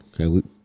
okay